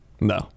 No